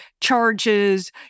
charges